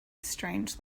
strange